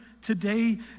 today